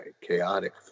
chaotic